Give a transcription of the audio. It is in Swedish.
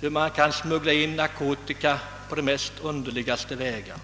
hur man kan smuggla in narkotika på de mest underliga vägar.